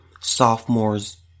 sophomores